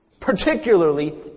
particularly